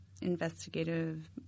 investigative